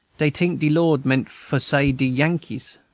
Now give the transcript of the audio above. dey tink de lord meant for say de yankees.